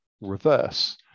reverse